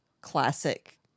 classic